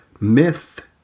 myth